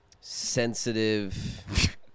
sensitive